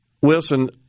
Wilson